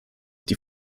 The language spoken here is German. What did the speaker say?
die